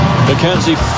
Mackenzie